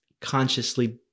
consciously